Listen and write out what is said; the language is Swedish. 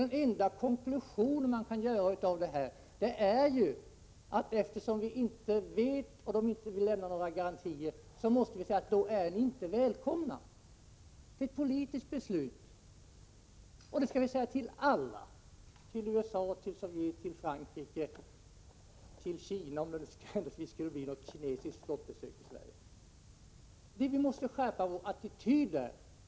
Den enda konklusion man kan göra är att eftersom vi inte vet om det finns kärnvapen ombord och eftersom kärnvapenmakterna inte vill lämna några garantier, måste vi säga att sådana besök inte är välkomna. Det är ett politiskt beslut. Och detta skall vi säga till alla — till USA, Sovjet, till Frankrike och till Kina, om det händelsevis skulle bli ett kinesiskt flottbesök i Sverige. Vi måste alltså skärpa vår attityd.